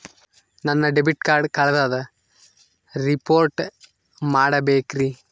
ನನ್ನ debit card ಕಳ್ದದ report ಮಾಡಬೇಕ್ರಿ